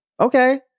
okay